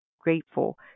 grateful